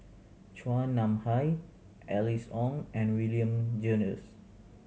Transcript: Chua Nam Hai Alice Ong and William Jervois